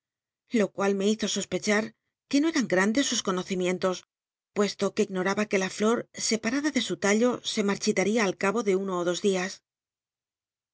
lo cual rne hizo sospechar que no cr rn grandes sus conocinri entos puesto que ignoraba que la flor sej rrada de su tallo se marchilaria al cabo de uno ó dos dias